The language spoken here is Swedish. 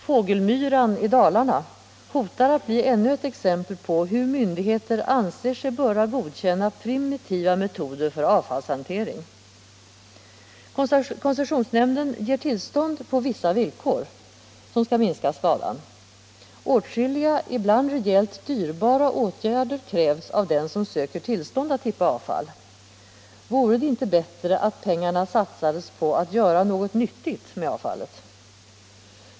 Fågelmyran i Dalarna hotar att bli ännu ett exempel på hur myndigheter anser sig böra godkänna primitiva metoder för avfallshantering. Koncessionsnämnden ger tillstånd på vissa villkor, som skall minska skadan. Åtskilliga, ibland rejält dyrbara, åtgärder krävs av den som söker tillstånd att tippa avfall. Vore det inte bättre att pengarna satsades på att göra något nyttigt med avfallet?